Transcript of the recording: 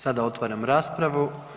Sada otvaram raspravu.